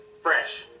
Fresh